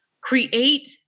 create